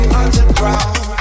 underground